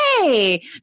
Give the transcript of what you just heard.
Hey